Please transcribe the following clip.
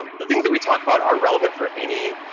um the things that we talk about are relevant for any,